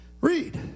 Read